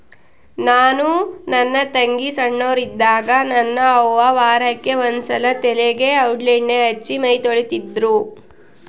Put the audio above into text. ನಾನು ನನ್ನ ತಂಗಿ ಸೊಣ್ಣೋರಿದ್ದಾಗ ನನ್ನ ಅವ್ವ ವಾರಕ್ಕೆ ಒಂದ್ಸಲ ತಲೆಗೆ ಔಡ್ಲಣ್ಣೆ ಹಚ್ಚಿ ಮೈತೊಳಿತಿದ್ರು